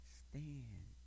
stand